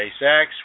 SpaceX